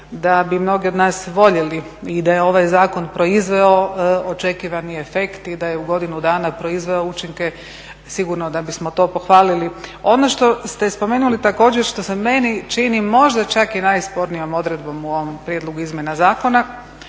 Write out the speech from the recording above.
da bi mnogi od nas voljeli i da je ovaj zakon proizveo očekivani efekt i da je u godinu dana proizveo učinke sigurno da bismo to pohvalili. Ono što ste spomenuli također, što se meni čini možda čak i najspornijom odredbom u ovom prijedlogu izmjena zakona